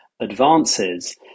advances